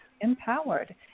empowered